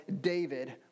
David